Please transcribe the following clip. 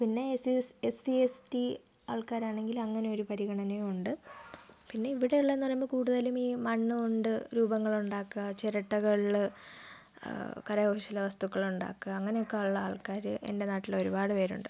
പിന്നെ S C S T ആൾക്കാരാണെങ്കിൽ അങ്ങനെ ഒരു പരിഗണനയും ഉണ്ട് പിന്നെ ഇവിടെ ഉള്ളതെന്ന് പറയുമ്പോൾ കൂടുതലും ഈ മണ്ണ് കൊണ്ട് രൂപങ്ങൾ ഉണ്ടാക്കുക ചിരട്ടകളിൽ കരകൗശല വസ്തുക്കൾ ഉണ്ടാക്കുക അങ്ങനെ ഒക്കെയുള്ള ആൾക്കാർ എൻ്റെ നാട്ടിൽ ഒരുപാട് പേരുണ്ട്